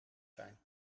zijn